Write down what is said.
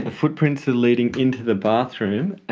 footprints are leading into the bathroom,